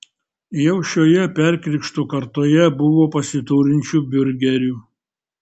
jau šioje perkrikštų kartoje buvo pasiturinčių biurgerių